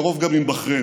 בקרוב גם עם בחריין.